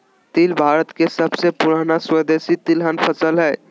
तिल भारत के सबसे पुराना स्वदेशी तिलहन फसल हइ